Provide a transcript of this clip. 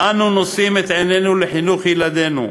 אנו נושאים את עינינו לחינוך ילדינו.